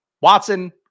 Watson